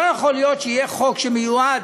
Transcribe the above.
לא יכול להיות שיהיה חוק שמיועד